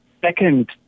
second